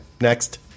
next